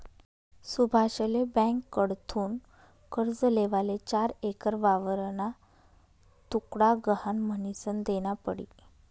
सुभाषले ब्यांककडथून कर्ज लेवाले चार एकर वावरना तुकडा गहाण म्हनीसन देना पडी